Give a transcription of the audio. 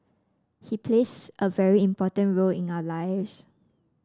he plays a very important role in our lives